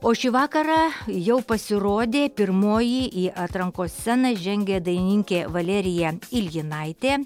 o šį vakarą jau pasirodė pirmoji į atrankos sceną žengė dainininkė valerija iljinaitė